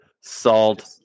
salt